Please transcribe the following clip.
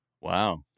Wow